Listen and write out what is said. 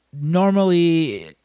Normally